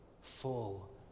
full